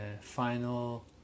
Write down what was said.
final